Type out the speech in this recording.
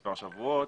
מספר שבועות.